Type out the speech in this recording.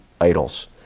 idols